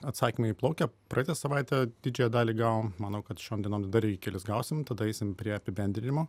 atsakymai plaukia praeitą savaitę didžiąją dalį gavom manau kad šiom dienom dar kelis gausim tada eisim prie apibendrinimų